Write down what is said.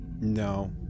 no